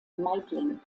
meidling